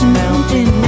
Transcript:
mountain